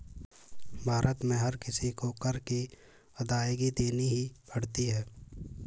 भारत में हर किसी को कर की अदायगी देनी ही पड़ती है